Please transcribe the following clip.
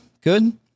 Good